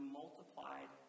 multiplied